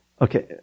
Okay